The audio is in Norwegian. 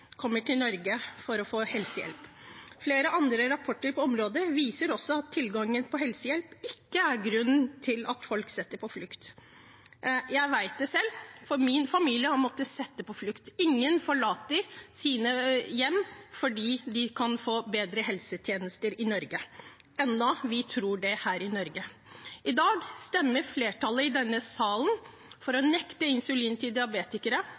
kommer til Norge for å få helsehjelp. Flere andre rapporter på området viser også at tilgangen på helsehjelp ikke er grunn til at folk flykter. Jeg vet det selv, for min familie har måttet flykte. Ingen forlater sitt hjem fordi de kan få bedre helsetjenester i Norge – enda vi tror det her i Norge. I dag stemmer flertallet i denne sal for å nekte insulin til diabetikere,